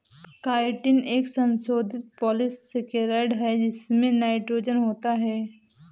chitin एक संशोधित polysaccharide है जिसमें नाइट्रोजन होता है